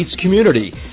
community